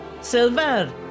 silver